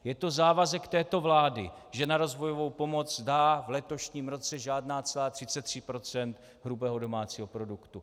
Je to závazek této vlády, že na rozvojovou pomoc dá v letošním roce 0,33 % hrubého domácího produktu.